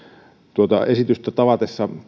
tuota esitystä tavatessa